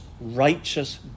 righteous